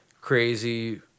crazy